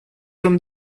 from